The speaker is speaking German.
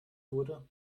wurde